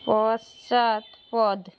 পশ্চাৎপদ